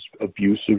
abusive